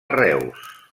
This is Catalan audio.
reus